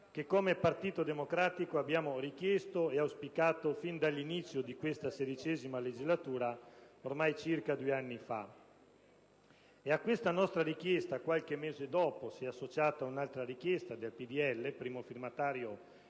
che, come Partito Democratico, abbiamo richiesto e auspicato fin dall'inizio della XVI legislatura, ormai circa due anni fa. A questa nostra richiesta, qualche mese dopo si è associata una proposta del PdL, di cui è stato